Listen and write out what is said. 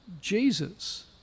Jesus